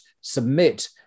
submit